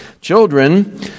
Children